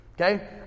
Okay